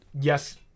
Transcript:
yes